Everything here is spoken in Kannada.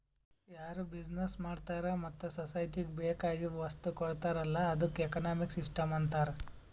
ಯಾರು ಬಿಸಿನೆಸ್ ಮಾಡ್ತಾರ ಮತ್ತ ಸೊಸೈಟಿಗ ಬೇಕ್ ಆಗಿವ್ ವಸ್ತು ಕೊಡ್ತಾರ್ ಅಲ್ಲಾ ಅದ್ದುಕ ಎಕನಾಮಿಕ್ ಸಿಸ್ಟಂ ಅಂತಾರ್